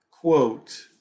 quote